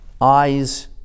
eyes